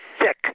sick